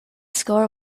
score